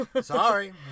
Sorry